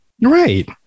right